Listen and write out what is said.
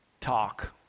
talk